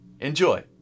Enjoy